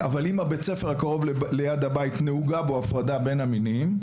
אבל אם בבית הספר הקרוב לבית נהוגה הפרדה בין המינים,